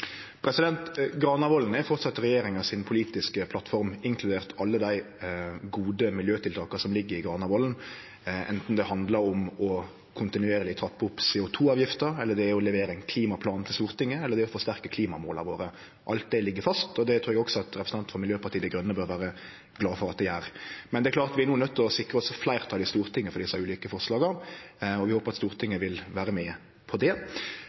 er framleis den politiske plattforma til regjeringa, inkludert alle dei gode miljøtiltaka som ligg i Granavolden – anten det handlar om kontinuerleg å trappe opp CO 2 -avgifta, å levere ein klimaplan til Stortinget eller å forsterke klimamåla våre. Alt det ligg fast, og det trur eg òg representanten frå Miljøpartiet Dei Grøne bør vere glad for at det gjer. Men det er klart at vi no er nøydde til å sikre oss fleirtal i Stortinget for dei ulike forslaga, og vi håpar at Stortinget vil vere med på det.